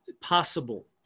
possible